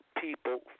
people